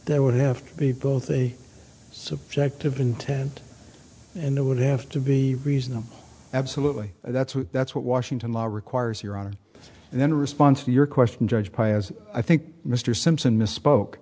there would have to be both a subjective intent and it would have to be reasonable absolutely and that's what that's what washington law requires your honor and then response to your question judge paez i think mr simpson misspoke